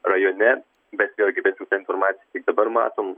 rajone bet vėlgi bent jau ta informacija kiek dabar matom